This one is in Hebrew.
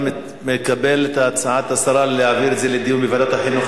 אתה מקבל את הצעת השרה להעביר את זה לדיון בוועדת החינוך,